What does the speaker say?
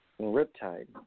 riptide